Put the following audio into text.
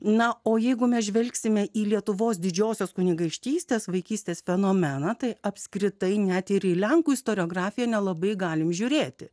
na o jeigu mes žvelgsime į lietuvos didžiosios kunigaikštystės vaikystės fenomeną tai apskritai net ir į lenkų istoriografija nelabai galime žiūrėti